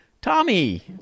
Tommy